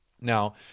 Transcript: Now